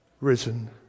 risen